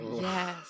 yes